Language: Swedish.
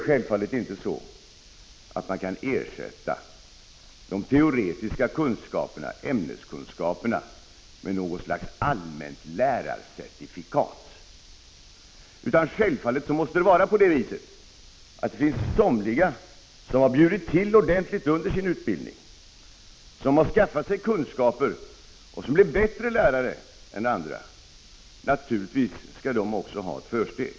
Självfallet kan man inte ersätta de teoretiska kunskaperna, ämneskunskaperna, med något slags allmänt lärarcertifikat. Det måste ju finnas somliga som har bjudit till ordentligt under sin utbildning, som har skaffat sig kunskaper och som blir bättre lärare än andra. Naturligtvis skall de också ha ett försteg.